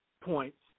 points